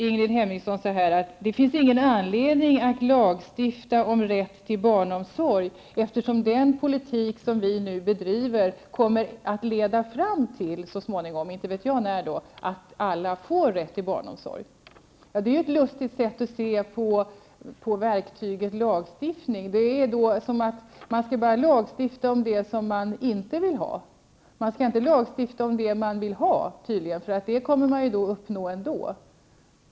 Ingrid Hemmingsson säger att det inte finns någon anledning att lagstifta om rätt till barnomsorg, eftersom den politik som de borgerliga nu driver kommer att leda fram till så småningom -- jag vet inte när -- att alla får rätt till barnomsorg. Det är ett lustigt sätt att se på verktyget lagstiftning. Det är som att lagstifta om det man inte vill ha. Men man skall inte lagstifta om det man vill ha. Det kommer man att uppnå ändå.